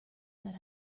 that